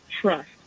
trust